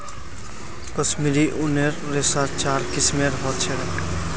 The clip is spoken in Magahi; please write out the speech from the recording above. कश्मीरी ऊनेर रेशा चार किस्मेर ह छे